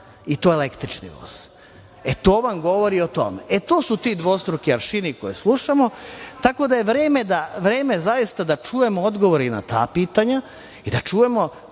I to električni voz. E, to vam govori o tome. E, to su ti dvostruki aršini koje slušamo, tako da je vreme zaista da čujemo odgovore i na ta pitanja i da čujemo